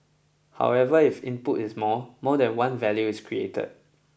however if input is more more than one value is created